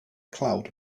cloud